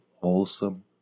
wholesome